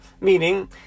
Meaning